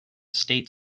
state